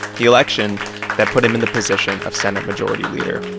the election that put him in the position of senate majority leader,